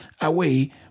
away